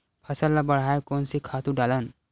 फसल ल बढ़ाय कोन से खातु डालन?